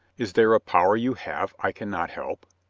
is there a power you have i can not help?